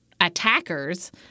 attackers